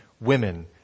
women